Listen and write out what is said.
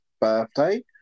birthday